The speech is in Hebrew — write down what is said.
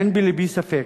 אין בלבי ספק